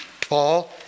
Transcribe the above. Paul